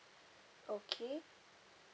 okay